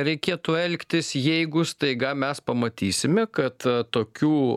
reikėtų elgtis jeigu staiga mes pamatysime kad tokių